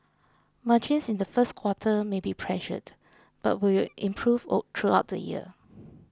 margins in the first quarter may be pressured but will improve all throughout the year